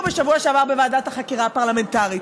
בשבוע שעבר בוועדת החקירה הפרלמנטרית.